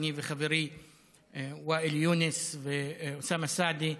אני וחבריי ואאל יונס ואוסאמה סעדי,